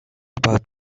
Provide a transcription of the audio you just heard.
about